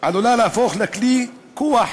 עלולה להפוך לכלי כוח